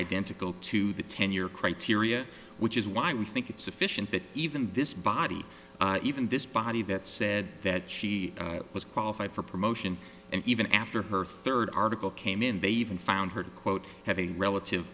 identical to the tenure criteria which is why we think it's sufficient that even this body even this body that said that she was qualified for promotion and even after her third article came in they even found her to quote have a relative